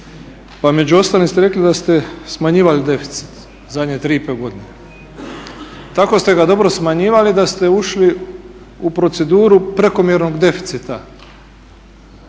pa među ostalim ste rekli da ste smanjivali deficit zadnje 3,5 godine, tako ste ga dobro smanjivali da ste ušli u proceduru prekomjernog deficita.